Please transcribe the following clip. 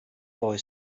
boy